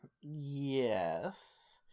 Yes